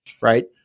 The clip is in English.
right